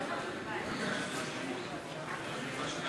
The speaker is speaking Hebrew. תודה,